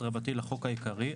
לחוק העיקרי,